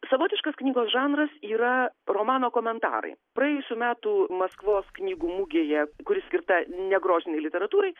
savotiškas knygos žanras yra romano komentarai praėjusių metų maskvos knygų mugėje kuri skirta negrožinei literatūrai